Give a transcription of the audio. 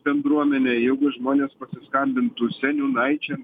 bendruomenė jeigu žmonės pasiskambintų seniūnaičiam